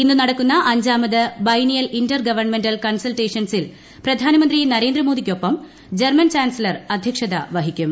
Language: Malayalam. ഇന്ന് നടക്കുന്ന അഞ്ചാമത് ബൈനിയൽ ഇന്റർ ഗവൺമെന്റൽ കൺസൾട്ടേഷൻസിൽ പ്രധാനമന്ത്രി നരേന്ദ്രമോദിയോടൊപ്പം ജർമ്മൻ ചാൻസിലർ അദ്ധ്യക്ഷത വഹിക്കും